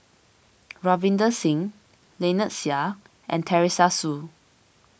Ravinder Singh Lynnette Seah and Teresa Hsu